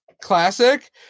classic